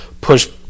push –